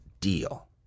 deal